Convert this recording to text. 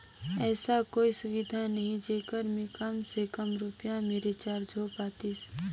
ऐसा कोई सुविधा नहीं जेकर मे काम से काम रुपिया मे रिचार्ज हो पातीस?